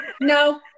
No